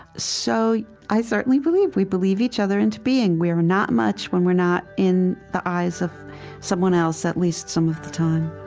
so i certainly believe we believe each other into being. we're not much when we're not in the eyes of someone else, at least some of the time